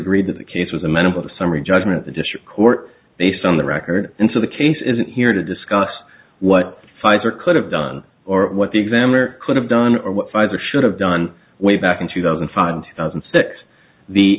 agreed to the case was amenable to summary judgment of the district court based on the record and so the case isn't here to discuss what pfizer could have done or what the exam or could have done or what pfizer should have done way back in two thousand and five thousand and six the